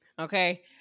Okay